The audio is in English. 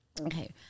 Okay